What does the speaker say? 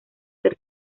ser